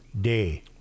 day